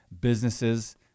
businesses